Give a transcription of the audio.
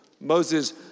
Moses